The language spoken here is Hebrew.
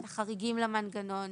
את החריגים למנגנון,